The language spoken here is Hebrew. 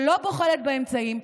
שלא בוחלת באמצעים,